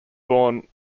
born